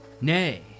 Nay